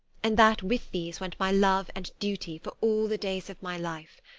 and that with these went my love and duty for all the days of my life.